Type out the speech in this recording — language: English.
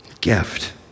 gift